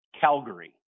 Calgary